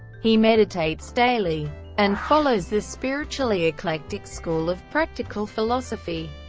he meditates daily and follows the spiritually eclectic school of practical philosophy.